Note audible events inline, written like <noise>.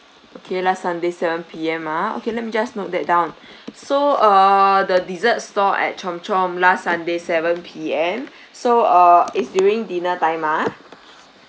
okay last sunday seven P_M ah okay let me just note that down <breath> so err the dessert store at chomp chomp last sunday seven P_M <breath> so uh is during dinner time ah